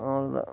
அவ்வளோதான்